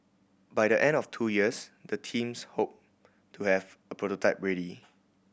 by the end of two years the teams hope to have a prototype ready